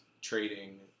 trading